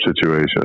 situation